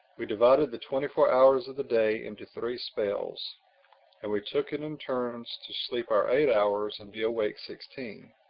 we divided the twenty-four hours of the day into three spells and we took it in turns to sleep our eight hours and be awake sixteen.